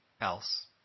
else